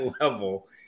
level